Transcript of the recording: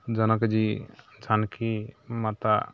जनकजी जानकी माता